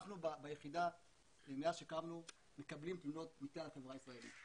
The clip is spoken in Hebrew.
אנחנו ביחידה שהקמנו מקבלים תלונות מהחברה הישראלית,